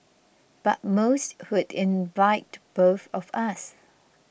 but most would invite both of us